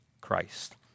Christ